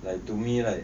like to me right